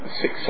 six